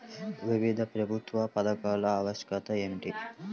వివిధ ప్రభుత్వ పథకాల ఆవశ్యకత ఏమిటీ?